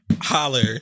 holler